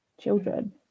children